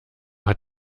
hat